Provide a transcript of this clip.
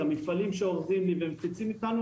למפעלים שאורזים לי ומפיצים איתנו,